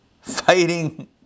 fighting